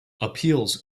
appeals